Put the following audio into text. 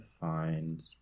find